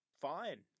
fine